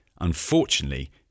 unfortunately